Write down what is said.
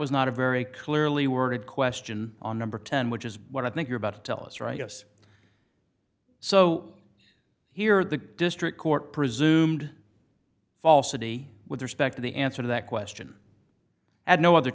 was not a very clearly worded question on number ten which is what i think you're about to tell us right yes so here the district court presumed falsity with respect to the answer to that question had no other